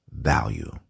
value